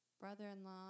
brother-in-law